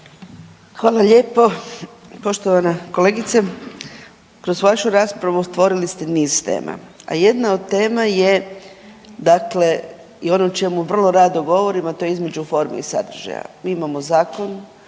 Hvala lijepo. Poštovana kolegice. Kroz vašu raspravu stvorili ste niz tema, a jedna od tema je dakle i ono o čemu vrlo rado govorim, a to je između forme i sadržaja. Mi imamo zakon